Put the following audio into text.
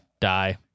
die